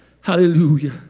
Hallelujah